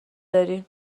داری